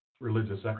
religious